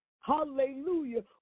hallelujah